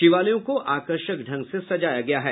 शिवालयों को आकर्षक ढंग से सजाया गया है